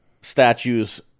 statues